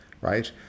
right